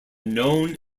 known